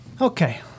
Okay